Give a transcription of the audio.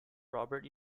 robert